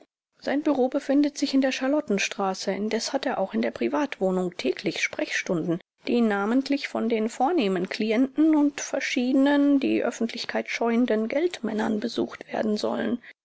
sein büro befindet sich in der charlottenstraße indes hat er auch in der privatwohnung täglich sprechstunden die namentlich von den vornehmen klienten und verschiedenen die öffentlichkeit scheuenden geldmännern besucht werden sollen